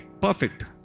Perfect